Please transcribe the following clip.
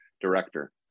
director